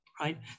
right